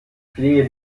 flehe